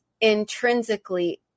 intrinsically